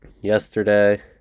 yesterday